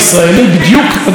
אדוני היושב-ראש,